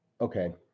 okay